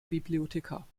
bibliothekar